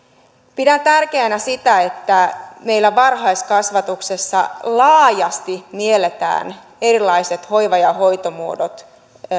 pidän tärkeänä sitä että meillä varhaiskasvatuksessa laajasti mielletään erilaiset hoiva ja hoitomuodot